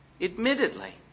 admittedly